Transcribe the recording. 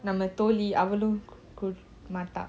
நம்மதோழிஅவளும்மாட்டா:namma thozhi avalum maata